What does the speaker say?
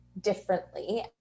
differently